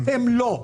הן לא.